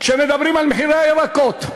כשמדברים על מחירי הירקות,